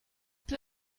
peu